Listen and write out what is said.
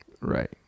Right